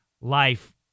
life